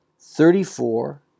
thirty-four